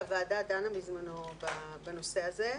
הוועדה דנה בזמנו בנושא הזה.